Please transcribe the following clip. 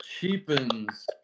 cheapens